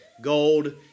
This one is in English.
gold